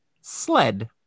sled